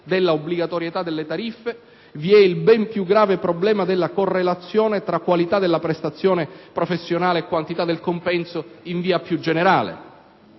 della obbligatorietà delle tariffe vi è la ben più grave questione della correlazione tra qualità della prestazione professionale e quantità del compenso in via più generale,